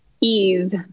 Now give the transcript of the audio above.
ease